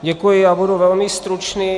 Děkuji, budu velmi stručný.